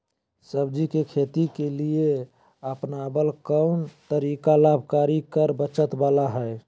सब्जी के खेती के लिए अपनाबल कोन तरीका लाभकारी कर बचत बाला है?